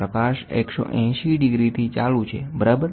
પ્રકાશ 180 ડિગ્રીથી ચાલુ છેબરાબર